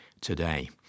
today